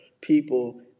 people